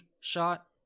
shot